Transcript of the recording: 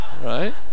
Right